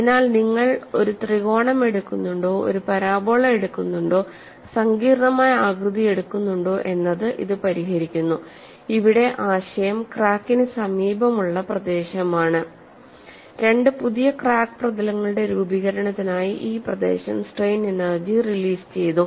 അതിനാൽ നിങ്ങൾ ഒരു ത്രികോണം എടുക്കുന്നുണ്ടോ ഒരു പരാബോള എടുക്കുന്നുണ്ടോ സങ്കീർണ്ണമായ ആകൃതി എടുക്കുന്നുണ്ടോ എന്നത് ഇത് പരിഹരിക്കുന്നു ഇവിടെ ആശയം ക്രാക്കിന് സമീപമുള്ള പ്രദേശമാണ് രണ്ട് പുതിയ ക്രാക്ക് പ്രതലങ്ങളുടെ രൂപീകരണത്തിനായി ഈ പ്രദേശം സ്ട്രെയിൻ എനർജി റിലീസ് ചെയ്തു